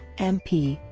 mp